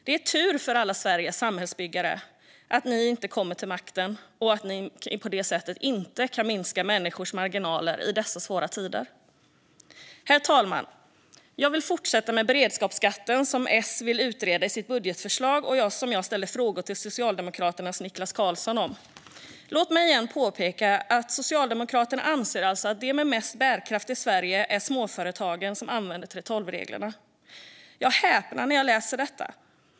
Det är tur för alla Sveriges samhällsbyggare att ni i oppositionen inte kommer till makten och att ni därmed inte kan minska människors marginaler i dessa svåra tider. Herr talman! Jag vill fortsätta med beredskapsskatten, som S vill utreda i sitt budgetförslag och som jag ställde frågor till Socialdemokraternas Niklas Karlsson om. Låt mig igen påpeka att Socialdemokraterna alltså anser att de med mest bärkraft i Sverige är småföretagen som använder 3:12-reglerna. Jag häpnar när jag läser detta.